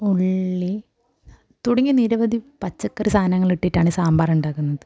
ഉള്ളി തുടങ്ങിയ നിരവധി പച്ചക്കറി സാധങ്ങൾ ഇട്ടിട്ടാണ് സാമ്പാർ ഉണ്ടാക്കുന്നത്